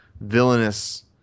villainous